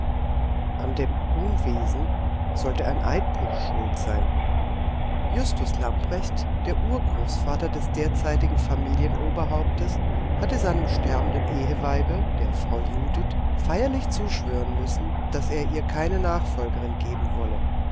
an dem unwesen sollte ein eidbruch schuld sein justus lamprecht der urgroßvater des derzeitigen familienoberhauptes hatte seinem sterbenden eheweibe der frau judith feierlich zuschwören müssen daß er ihr keine nachfolgerin geben wolle